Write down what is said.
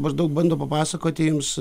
maždaug bando papasakoti jums